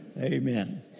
Amen